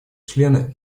члены